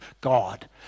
God